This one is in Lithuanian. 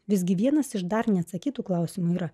visgi vienas iš dar neatsakytų klausimų yra